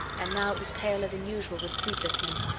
and now it was paler than usual with sleeplessness,